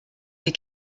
die